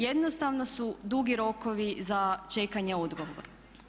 Jednostavno su dugi rokovi za čekanje odgovora.